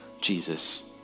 Jesus